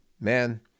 Man